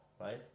right